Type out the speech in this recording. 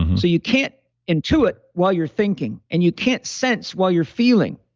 so you can't intuit while you're thinking. and you can't sense while you're feeling.